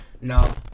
No